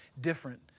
different